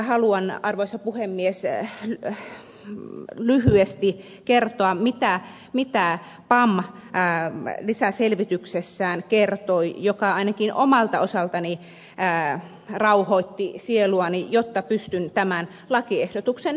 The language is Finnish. haluan arvoisa puhemies lyhyesti kertoa mitä pam lisäselvityksessään kertoi mikä ainakin omalta osaltani rauhoitti sieluani jotta pystyn tämän lakiehdotuksen hyväksymään